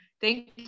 Thank